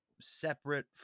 separate